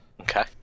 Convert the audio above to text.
okay